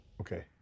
okay